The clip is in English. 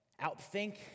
outthink